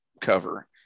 cover